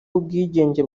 w’ubwigenge